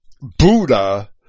Buddha